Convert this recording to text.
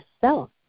self